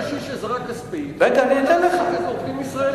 לקשיש עזרה כספית, עובדים ישראלים.